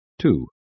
Two